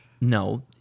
No